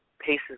paces